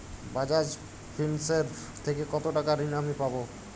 বাজাজ ফিন্সেরভ থেকে কতো টাকা ঋণ আমি পাবো?